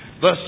Thus